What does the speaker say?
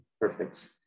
perfect